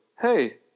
hey